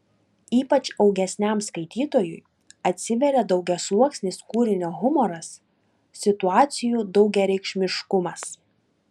ypač augesniam skaitytojui atsiveria daugiasluoksnis kūrinio humoras situacijų daugiareikšmiškumas